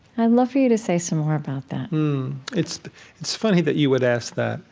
i'd love for you to say some more about that it's it's funny that you would ask that.